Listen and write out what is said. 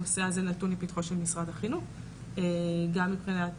הנושא הזה נתון לפתחו של משרד החינוך גם מבחינת